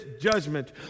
judgment